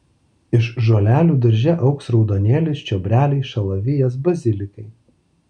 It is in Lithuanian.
iš žolelių darže augs raudonėlis čiobreliai šalavijas bazilikai